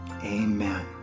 Amen